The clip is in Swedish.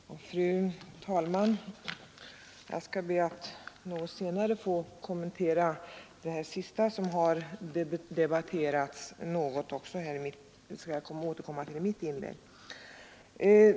Fru talman! Jag skall be att något senare få kommentera det som nu senast sades här.